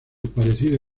parecido